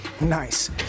Nice